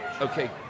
okay